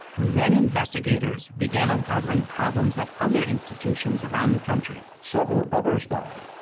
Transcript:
then investigators began uncovering problems at other institutions around the country. several others died,